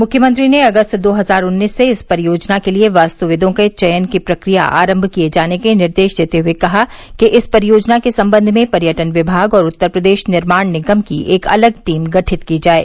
मुख्यमंत्री ने अगस्त दो हजार उन्नीस से इस परियोजना के लिये वास्तविदों के चयन की प्रक्रिया आरम्म किये जाने के निर्देश देते हुए कहा कि इस परियोजना के संबंध में पर्यटन विमाग और उत्तर प्रदेश निर्माण निगम की एक अलग टीम गठित की जाये